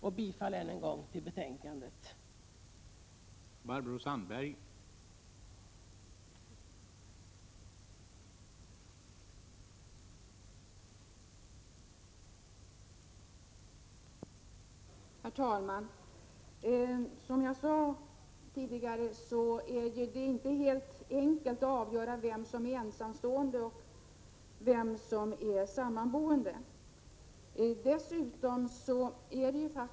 Jag yrkar än en gång bifall till utskottets hemställan.